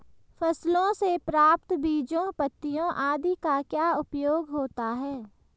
फसलों से प्राप्त बीजों पत्तियों आदि का क्या उपयोग होता है?